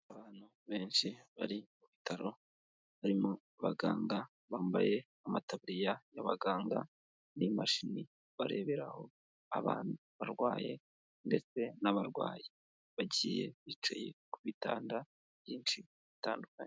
Abantu benshi bari mu bitaro, barimo abaganga bambaye amataburiya y'abaganga, n'imashini bareberaho abantu barwaye ndetse n'abarwayi, bagiye bicaye ku bitanda byinshi bitandukanye.